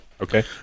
okay